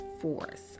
force